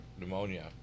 pneumonia